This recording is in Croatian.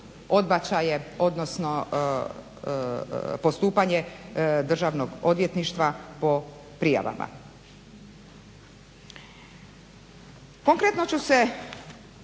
odnosno postupanje Državnog odvjetništva po prijavama.